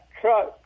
truck